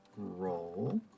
Roll